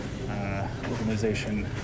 organization